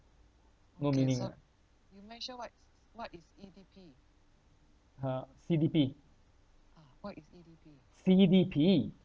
no meaning ah !huh! C_D_P C_D_P